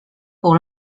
pour